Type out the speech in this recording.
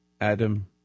Adam